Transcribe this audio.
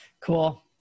Cool